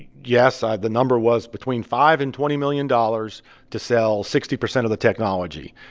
yes. ah the number was between five and twenty million dollars to sell sixty percent of the technology.